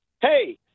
hey